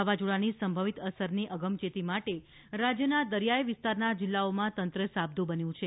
વાવાઝોડાની સંભવિત અસરની અગમચેતી માટે રાજ્યના દરિયાઇ વિસ્તારના જીલ્લાઓમાં તંત્ર સાબદુ બન્યું છે